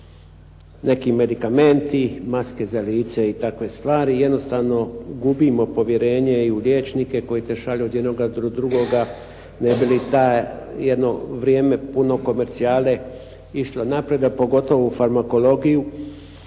neki medikamenti, maske za lice i takve stvari. Jednostavno gubimo povjerenje i u liječnike koji te šalju od jednoga do drugoga, ne bi li ta jedno vrijeme puno komercijale išlo naprijed, a pogotovo u farmakologiju